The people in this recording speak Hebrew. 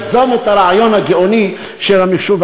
מי שיזם את הרעיון הגאוני של המחשוב,